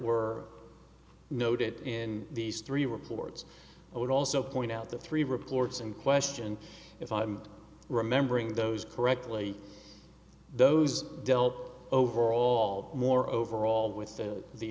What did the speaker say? were noted in these three reports i would also point out the three reports in question if i'm remembering those correctly those dealt overall more overall with